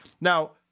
Now